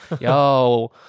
yo